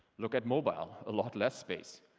look at mobile, a lot less space.